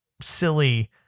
silly